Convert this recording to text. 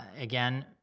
Again